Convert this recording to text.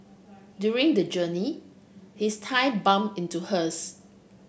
during the journey his thigh bump into hers